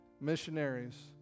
Missionaries